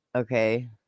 okay